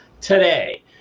today